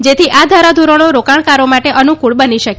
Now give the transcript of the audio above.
જેથી આ ધારાધોરણો રોકાણકારો માટે અનુકૂળ બની શકે